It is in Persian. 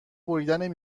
بریدن